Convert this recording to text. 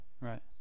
Right